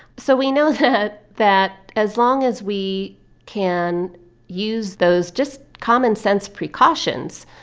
so we know that that as long as we can use those just commonsense precautions,